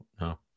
No